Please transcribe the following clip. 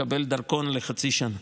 לקבל דרכון לחצי שנה.